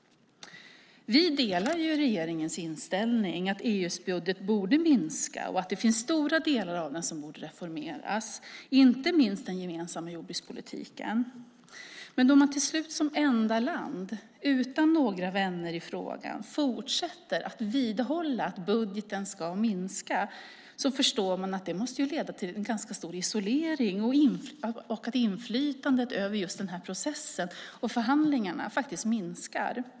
Vi har samma inställning som regeringen - att EU:s budget borde minska och att stora delar av den borde reformeras, inte minst den gemensamma jordbrukspolitiken. Men då Sverige till slut som enda land, utan några vänner i frågan, fortsätter att vidhålla att budgeten ska minska måste det väl leda till en ganska stor isolering och till att inflytandet över processen och förhandlingarna minskar.